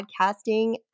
podcasting